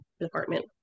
department